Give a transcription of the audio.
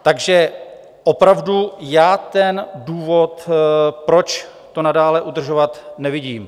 Takže opravdu já ten důvod, proč to nadále udržovat, nevidím.